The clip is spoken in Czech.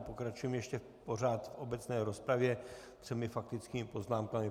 Pokračujeme ještě pořád v obecné rozpravě třemi faktickými poznámkami.